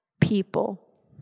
people